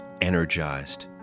energized